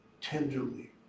tenderly